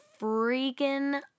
freaking